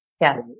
Yes